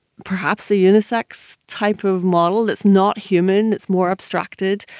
perhaps a unisex type of model that's not human, that's more abstracted.